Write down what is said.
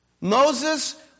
Moses